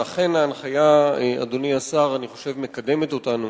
אכן ההנחיה, אדוני השר, אני חושב שהיא מקדמת אותנו